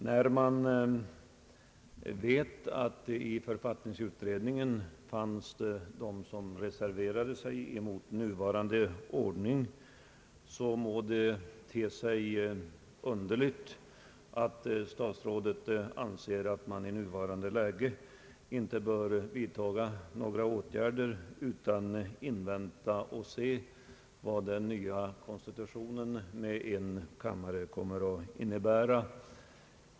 Några av författningsutredningens ledamöter reserverade sig mot den nuvarande ordningen. Därför ter det sig underligt när statsrådet nu säger att man 1 nuvarande läge inte bör vidta några åtgärder utan vänta och se vad den nya konstitutionen med en kammare kom mer att innebära.